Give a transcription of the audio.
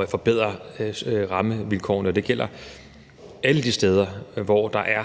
at forbedre rammevilkårene. Og det gælder alle de steder, hvor der er